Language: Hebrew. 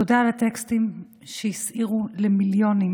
תודה על הטקסטים שהסעירו למיליונים